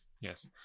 Yes